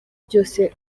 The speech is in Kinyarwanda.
byose